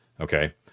Okay